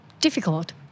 difficult